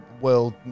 world